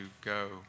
go